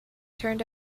turned